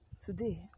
Today